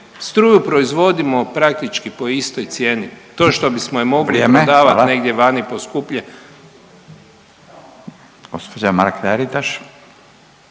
struju proizvodimo praktički po istoj cijeni to što bismo je mogli …/Upadica: Vrijeme,